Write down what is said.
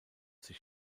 sich